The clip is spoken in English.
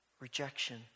rejection